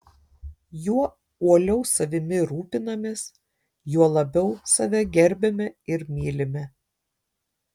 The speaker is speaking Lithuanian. juo uoliau savimi rūpinamės juo labiau save gerbiame ir mylime